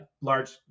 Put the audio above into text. large